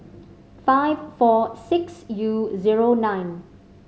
five four six U zero nine